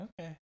Okay